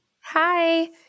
Hi